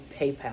PayPal